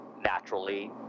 naturally